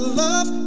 love